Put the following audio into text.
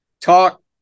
talk